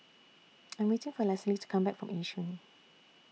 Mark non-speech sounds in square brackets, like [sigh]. [noise] I'm waiting For Lesley to Come Back from Yishun